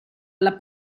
alla